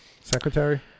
Secretary